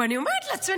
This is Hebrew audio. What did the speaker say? ואני אומרת לעצמי,